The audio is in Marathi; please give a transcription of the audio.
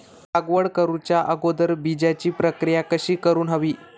लागवड करूच्या अगोदर बिजाची प्रकिया कशी करून हवी?